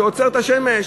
שעוצר את השמש.